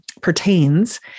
pertains